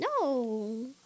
No